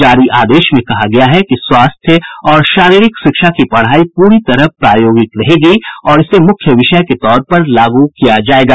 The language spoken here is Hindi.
जारी आदेश में कहा गया है कि स्वास्थ्य और शारीरिक शिक्षा की पढ़ाई पूरी तरह प्रायोगिक रहेगी और इसे मुख्य विषय के तौर पर लागू किया जायेगा